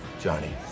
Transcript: Johnny